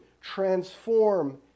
transform